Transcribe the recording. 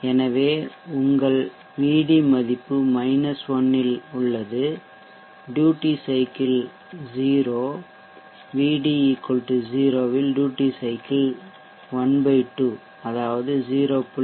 எனவே உங்கள் Vd மதிப்பு 1 இல் உள்ளது டியூட்டி சைக்கிள் 0 Vd 0 இல் டியூட்டி சைக்கிள் ½ அதாவது இது 0